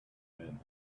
man